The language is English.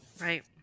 Right